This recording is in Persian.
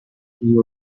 پیر